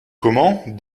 comment